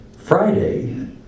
Friday